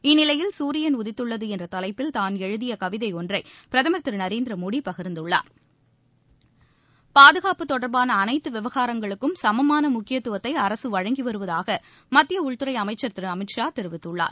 இந்நிலையில் சூரியன் உதித்துள்ளது என்ற தலைப்பில் தான் எழுதிய கவிதை ஒன்றை பிரதமர் திரு நரேந்திர மோடி பகிர்ந்துள்ளார் பாதுகாப்பு தொடர்பான அனைத்து விவகாரங்களுக்கும் சமமான முக்கியத்துவத்தை அரசு வழங்கி வருவதாக மத்திய உள்துறை அமைச்சர் திரு அமித் ஷா தெரிவித்துள்ளார்